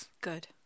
Good